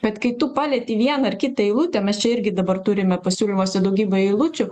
bet kai tu palietei vieną ar kitą eilutę mes čia irgi dabar turime pasiūlymuose daugybę eilučių